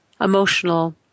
emotional